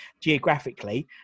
geographically